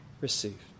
received